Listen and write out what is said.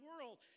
world